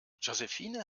josephine